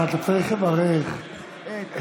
אבל אתה צריך לברך, את?